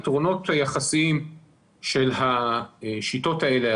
יתרונות יחסיים של השיטות האלה,